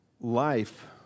life